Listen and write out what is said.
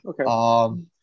Okay